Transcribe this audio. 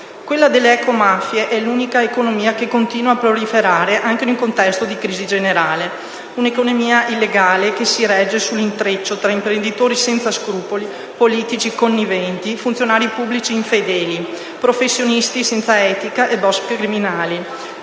Quella delle ecomafie è l'unica economia che continua a proliferare anche in un contesto di crisi generale. Un'economia illegale che si regge sull'intreccio tra imprenditori senza scrupoli, politici conniventi, funzionari pubblici infedeli, professionisti senza etica e *boss* criminali.